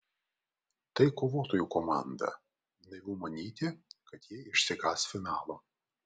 tai kovotojų komanda naivu manyti kad jie išsigąs finalo